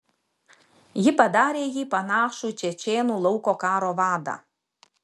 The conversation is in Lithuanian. ji padarė jį panašų į čečėnų lauko karo vadą